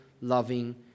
loving